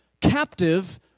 captive